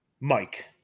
Mike